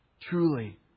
Truly